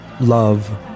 love